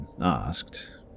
asked